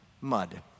Mud